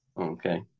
Okay